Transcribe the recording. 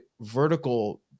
vertical